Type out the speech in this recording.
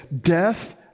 Death